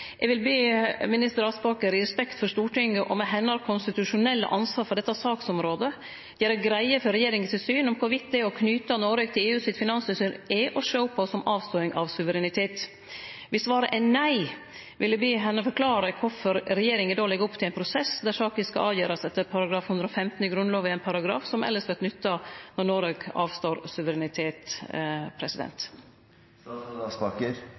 Eg vil be minister Aspaker i respekt for Stortinget og med hennar konstitusjonelle ansvar for dette saksområdet, gjere greie for regjeringa sitt syn om det å knyte Noreg til EU sitt finanstilsyn er å sjå på som avståing av suverenitet. Viss svaret er nei, vil eg be henne forklare kvifor regjeringa legg opp til ein prosess der saka skal avgjerast etter § 115 i Grunnlova, ein paragraf som elles vert nytta når Noreg avstår suverenitet.